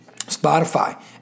Spotify